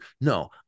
no